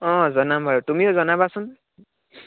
অঁ জনাম বাৰু তুমিও জনাবাচোন